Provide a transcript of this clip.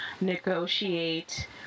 negotiate